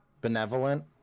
Benevolent